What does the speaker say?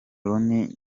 rooney